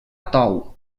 tou